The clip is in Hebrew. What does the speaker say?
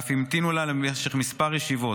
ואף המתינו לה במשך כמה ישיבות.